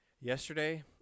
yesterday